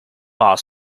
barr